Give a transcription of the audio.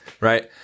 Right